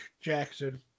Jackson